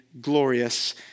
glorious